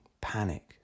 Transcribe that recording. panic